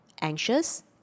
anxious